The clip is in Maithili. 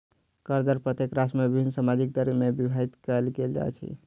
कर दर प्रत्येक राष्ट्र में विभिन्न सामाजिक दर में विभाजित कयल गेल अछि